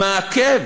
מעכב